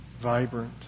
vibrant